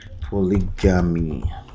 polygamy